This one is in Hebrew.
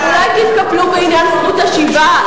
אולי תתקפלו בעניין זכות השיבה?